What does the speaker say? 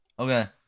Okay